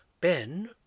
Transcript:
Ben